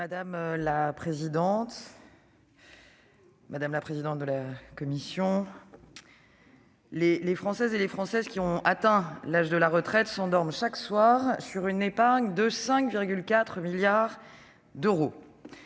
Madame la présidente, mesdames, messieurs les sénateurs, les Françaises et les Français qui ont atteint l'âge de la retraite s'endorment chaque soir sur une épargne de 5,4 milliards d'euros.